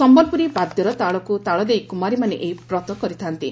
ସମ୍ଭଲପୁରୀ ବାଦ୍ୟର ତାଳକୁ ତାଳଦେଇ କୁମାରୀମାନେ ଏହି ବ୍ରତ କରିଥାନ୍ତି